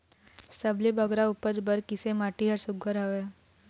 सबले बगरा उपज बर किसे माटी हर सुघ्घर हवे?